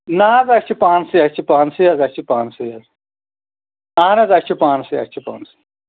نہ حظ اَسہِ چھُ پانسٕے اَسہِ چھُ پانسٕے حظ اَسہِ چھُ پانسٕے حظ اَہَن حظ اَسہِ چھُ پانسٕے اَسہِ چھُ پانسٕے